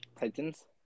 Titans